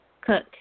Cook